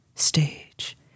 Stage